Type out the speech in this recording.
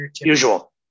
Usual